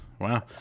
Wow